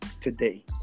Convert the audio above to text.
today